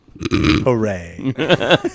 Hooray